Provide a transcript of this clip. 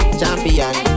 Champion